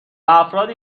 افرادی